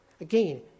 Again